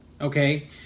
okay